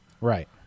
Right